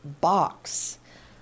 box